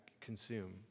consume